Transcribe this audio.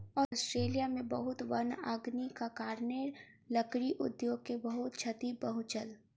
Australia में बहुत वन अग्निक कारणेँ, लकड़ी उद्योग के बहुत क्षति पहुँचल